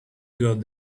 got